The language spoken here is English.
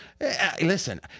Listen